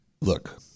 Look